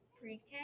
pre-K